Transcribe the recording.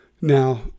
Now